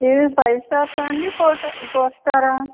ఏ five stars ఆ అండి four four star ఆ